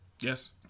Yes